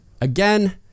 again